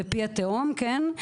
"בפי התהום", כן?